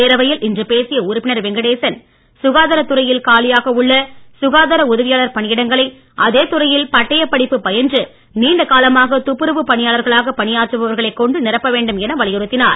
பேரவையில் இன்று பேசிய உறுப்பினர் வெங்கடேசன் சுகாதாரத்துறையில் காலியாக உள்ள சுகாதார உதவியாளர் பணியிடங்களை அதே துறையில் பட்டய படிப்பு பயின்று நீண்ட காலமாக துப்புரவு பணியாளர்களாக பணியாற்றுபவர்களை கொண்டு நிரப்ப வேண்டும் எனறு வலியுறுத்தினார்